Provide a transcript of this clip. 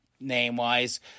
name-wise